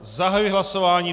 Zahajuji hlasování.